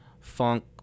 funk